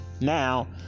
now